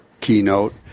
keynote